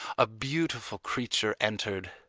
a beautiful creature entered.